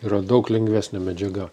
yra daug lengvesnė medžiaga